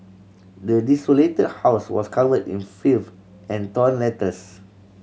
the desolated house was cover in filth and torn letters